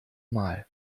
mal